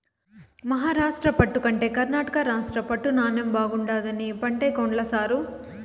మహారాష్ట్ర పట్టు కంటే కర్ణాటక రాష్ట్ర పట్టు నాణ్ణెం బాగుండాదని పంటే కొన్ల సారూ